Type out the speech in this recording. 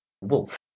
Wolf